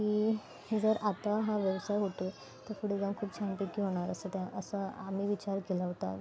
की हे जर आता हा व्यवसाय होतो आहे तर पुढे जाऊन खूप छानपैकी होणार असं त्या असा आम्ही विचार केला होता